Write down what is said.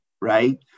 right